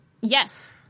Yes